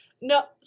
No